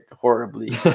horribly